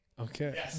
Okay